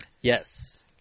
Yes